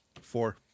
four